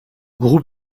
groupe